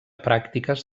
pràctiques